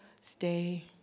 stay